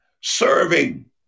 serving